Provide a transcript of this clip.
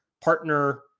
partner